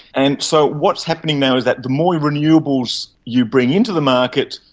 and so what's happening now is that the more renewables you bring into the market,